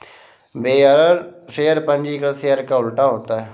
bearer share पंजीकृत share का उल्टा होता है